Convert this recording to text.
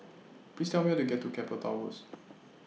Please Tell Me How to get to Keppel Towers